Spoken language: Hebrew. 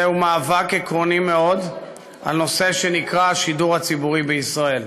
זהו מאבק עקרוני מאוד על נושא שנקרא השידור הציבורי בישראל.